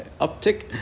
Uptick